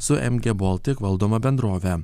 su mg baltic valdoma bendrove